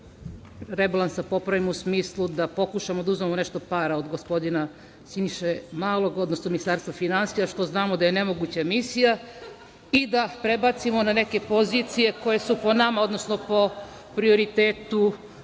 5. rebalansa popravimo u smislu da pokušamo da uzmemo nešto para od gospodina Siniše Malog, odnosno Ministarstva finansija, što znamo da je nemoguća misija i da prebacimo na neke pozicije koje su, po nama, odnosno po prioritetu